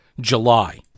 July